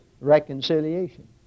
reconciliation